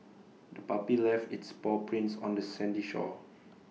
the puppy left its paw prints on the sandy shore